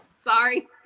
Sorry